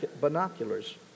binoculars